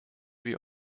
wir